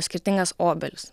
skirtingas obelis